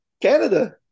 Canada